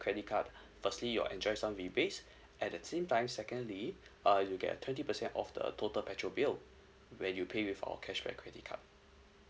credit card firstly you're enjoy some rebates at that same time secondly uh you get a twenty percent of the total petrol bill where you pay with our cashback credit card